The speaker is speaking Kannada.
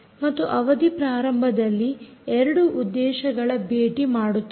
ಮತ್ತು ಅವಧಿ ಪ್ರಾರಂಭದಲ್ಲಿ 2 ಉದ್ದೇಶಗಳ ಭೇಟಿ ಮಾಡುತ್ತದೆ